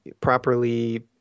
properly